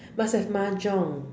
must have Mahjong